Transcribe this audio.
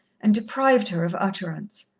and deprived her of utterance.